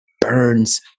burns